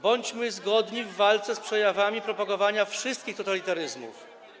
Bądźmy zgodni w walce z przejawami propagowania wszystkich totalitaryzmów.